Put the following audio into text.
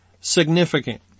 significant